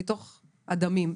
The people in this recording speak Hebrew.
מתוך הדמים.